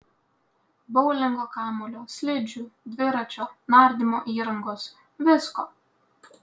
boulingo kamuolio slidžių dviračio nardymo įrangos visko